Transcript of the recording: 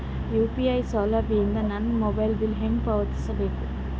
UPI ಸೌಲಭ್ಯ ಇಂದ ನನ್ನ ಮೊಬೈಲ್ ಬಿಲ್ ಹೆಂಗ್ ಪಾವತಿಸ ಬೇಕು?